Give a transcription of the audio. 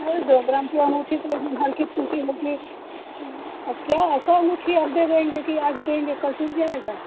अई दो ग्राम की अंगूठी तओ एक दम हल्की फुल्की अब क्या ऐसा अंगूठी हम दे देंगे कि आज देंगे कल टूट जाएगी